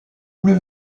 plus